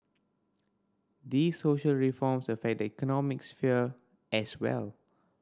these social reforms affect the economic sphere as well